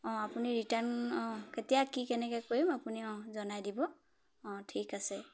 অঁ আপুনি ৰিটাৰ্ণ অঁ কেতিয়া কি কেনেকৈ কৰিম আপুনি অঁ জনাই দিব অঁ ঠিক আছে